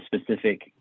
specific